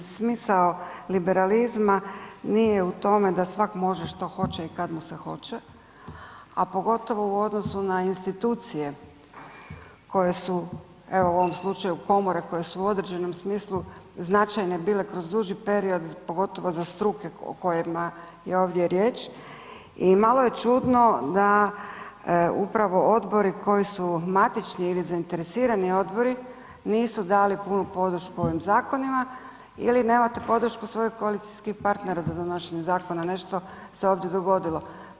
Smisao liberalizma nije u tome da svak može što hoće i kad mu se hoće, a pogotovo u odnosu na institucije koje su, evo u ovom slučaju komore koje su u određenom smislu značajne bile uz duži period pogotovo za struke o kojima je ovdje riječ i malo je čudno da upravo odbori koji su matični ili zainteresirani odbori nisu dali punu podršku ovim zakonima ili nemate podršku svojih koalicijskih partnera za donošenje zakona, nešto se ovdje dogodili.